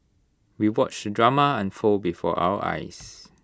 we watched drama unfold before our eyes